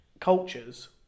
cultures